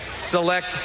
select